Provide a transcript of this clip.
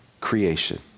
creation